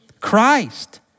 Christ